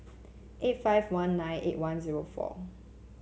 eight five one nine eight one zero four